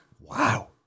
wow